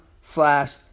slash